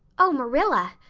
oh, marilla,